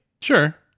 Sure